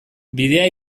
bidea